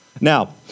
Now